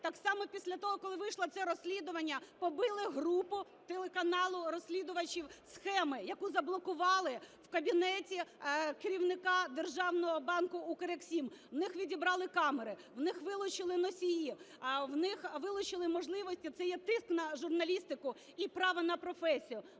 так само після того, коли вийшло це розслідування, побили групу телеканалу розслідувачів "Схеми", яку заблокували в кабінеті керівника державного банку "Укрексім". В них відібрали камери, в них вилучили носії, в них вилучили можливості… Це є тиск на журналістику і право на професію.